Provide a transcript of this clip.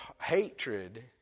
hatred